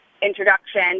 Introduction